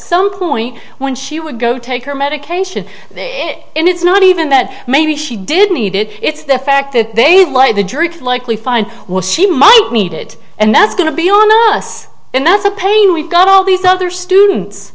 some point when she would go take her medication and it's not even that maybe she did need it it's the fact that they'd like the drinks likely fine while she might need it and that's going to be on us and that's a pain we've got all these other students